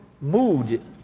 mood